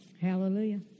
Hallelujah